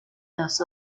los